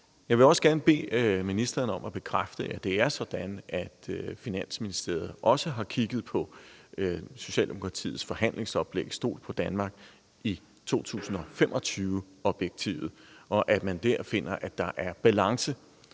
Jeg vil også gerne bede ministeren om at bekræfte, at det er sådan, at Finansministeriet også har kigget på Socialdemokratiets forhandlingsoplæg »Stol på Danmark« i 2025-perspektivet, og at man der finder, at der er balance